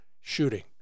shooting